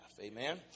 Amen